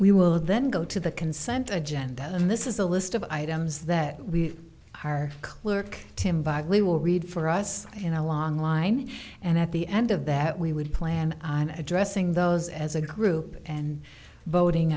we will then go to the consent agenda and this is a list of items that we are clerk to imbibe we will read for us in a long line and at the end of that we would plan on addressing those as a group and voting